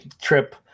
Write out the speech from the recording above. trip